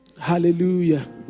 hallelujah